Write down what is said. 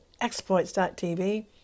exploits.tv